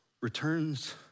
returns